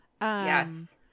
Yes